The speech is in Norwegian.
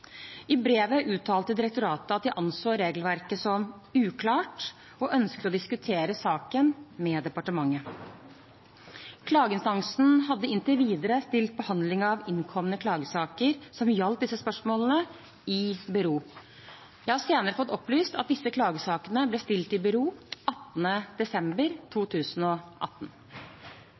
I brevet uttalte direktoratet at de anså regelverket som uklart og ønsket å diskutere saken med departementet. Klageinstansen hadde inntil videre stilt behandling av innkomne klagesaker som gjaldt disse spørsmålene, i bero. Jeg har senere fått opplyst at disse klagesakene ble stilt i bero 18. desember 2018.